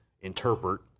interpret